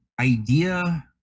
idea